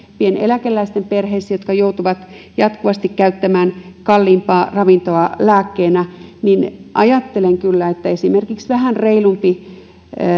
pieneläkeläisten perheissä jotka joutuvat käyttämään jatkuvasti kalliimpaa ravintoa lääkkeenä ja ajattelen kyllä että esimerkiksi vähän reilumpi